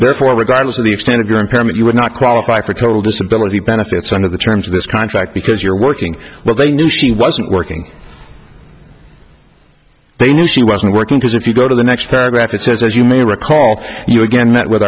therefore regardless of the extent of your impairment you would not qualify for total disability benefits under the terms of this contract because you're working well they knew she wasn't working they knew she wasn't working because if you go to the next paragraph it says as you may recall you again met with